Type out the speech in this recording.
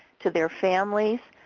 to their families,